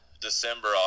December